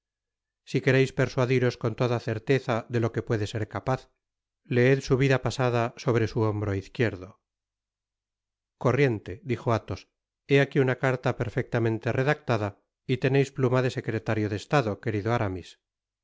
si quereis persuadiros con toda certeza de lo que puede ser capaz leed su vida pasado sobre su hombro izquierdo corriente dijo athos he aqui una caria perfectamente redactada y teneis pluma de secretario de estado querido aramis